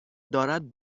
دارد